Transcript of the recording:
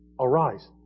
arise